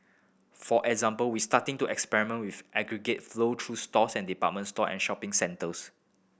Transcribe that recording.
for example we starting to experiment with aggregated flow through stores and department store and shopping centres